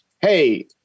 Hey